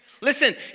Listen